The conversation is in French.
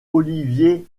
oliver